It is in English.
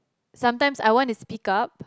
sometimes I want to speak up